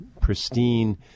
pristine